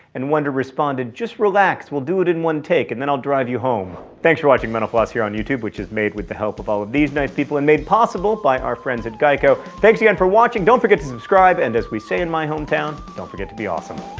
and wonder responded, just relax, we'll do it in one take, and then i'll drive you home. thanks for watching mental floss here on youtube, which is made with the help of all of these nice people and made possible by our friends at geico. thanks again for watching, don't forget to subscribe and as we say in my hometown, don't forget to be awesome.